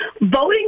voting